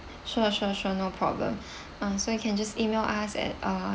sure sure sure no problem uh so you can just E-mail us at uh